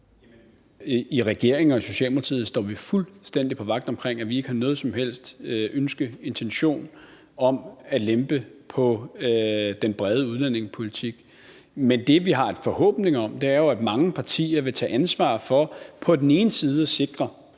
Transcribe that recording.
I regeringen og i Socialdemokratiet står vi fuldstændig på vagt for, at vi ikke har noget som helst ønske, nogen intention om at lempe på den brede udlændingepolitik. Men det, vi har en forhåbning om, er jo, at mange partier vil tage ansvar for at sikre,